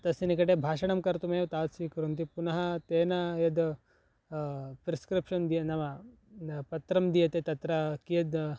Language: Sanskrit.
तस्य निकटे भाषणं कर्तुमेव तावद् स्वीकुर्वन्ति पुनः तेन यद् प्रिस्क्रिप्शन् दिय नाम न पत्रं दीयते तत्र कियद्